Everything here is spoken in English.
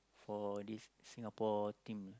for this Singapore team